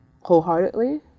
wholeheartedly